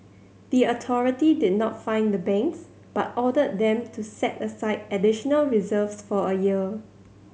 the authority did not fine the banks but ordered them to set aside additional reserves for a year